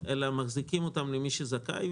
אלא מחזיקים אותן עבור מי שזכאי,